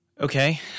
Okay